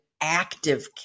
active